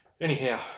Anyhow